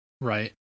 Right